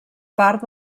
part